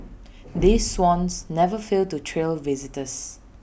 these swans never fail to thrill visitors